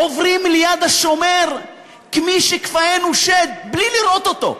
עוברים ליד השומר כמי שכפאם שד, בלי לראות אותו,